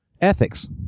ethics